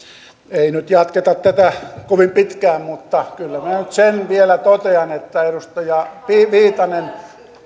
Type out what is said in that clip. ei nyt jatketa tätä kovin pitkään mutta kyllä minä nyt sen vielä totean edustaja viitanen